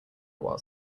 while